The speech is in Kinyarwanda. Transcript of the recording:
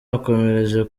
akomereje